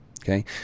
Okay